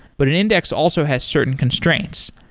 but an index also has certain constraints,